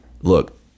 look